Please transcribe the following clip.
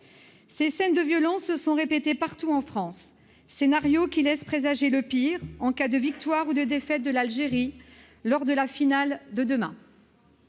Ces scènes de violence se sont répétées partout en France, scénario qui laisse présager le pire en cas de victoire ou de défaite de l'Algérie lors de la finale de demain.